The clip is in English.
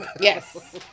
Yes